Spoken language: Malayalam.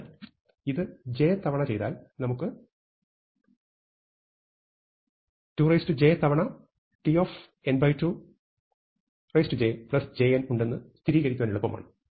അതിനാൽ ഇത് j തവണ ചെയ്താൽ നമുക്ക് 2j തവണ tn2 jjn ഉണ്ടെന്ന് സ്ഥിരീകരിക്കാൻ എളുപ്പമാണ്